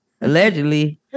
allegedly